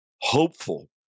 hopeful